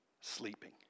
sleeping